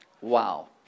Wow